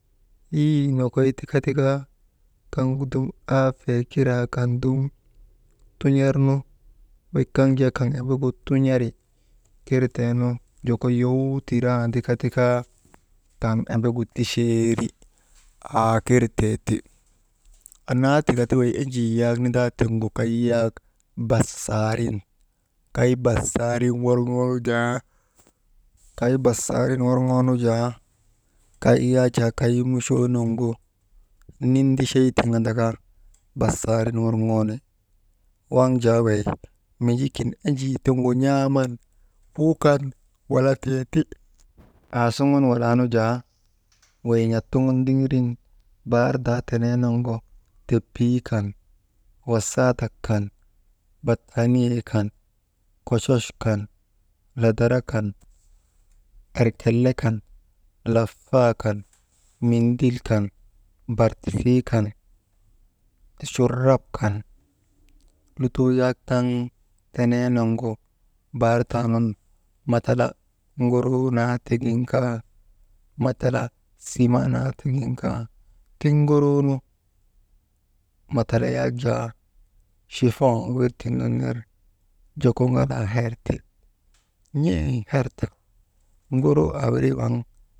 Yii nokoy tika kaŋgu dum aafee kiraa kaŋ tun̰arnu wey kaŋ jaa kaŋ jaa kaŋ embegu tun̰ari, kirtee nu joko yow tirandika taa, kaŋ embegu ticheeri aakir tee ti, annaa tika ti wey enjii yak nindaa tiŋgu wey kay yak basaarin, kay basaarin worŋoonu jaa, kay yak jaa kay muchoonuŋgu nindichey tiv andaka, basaarin worŋoo nu wi waŋ jaa wey Minji kin wukan wala tee ti. Aasuŋun walaa nu jaa wey n̰at suŋun ndiŋirin barrdaa tenee nuŋun tapii kan, wasaadak kan bataaniyee kan kochoch kan ladara kan, erkelle kan lafaa kan mindil, bartisii kan, churrap kan lutoo yak taŋ teneenuŋu, barrdaa nun matala ŋoroo naa tiŋgu kaa, mata sima naa tiŋgu kaa, tiŋ ŋoroonu matala yak jaa, chifoŋ wirnun ner joko ŋalaa herti, n̰ee herta ŋoroo aawirii waŋ.